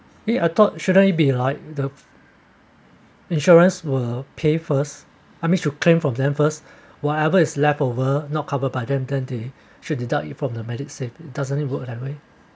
[eh} I thought shouldn't be like the insurance will pay first I mean you claim from them first whatever is leftover not covered by them then they should deduct it from the MediSave it doesn't work that way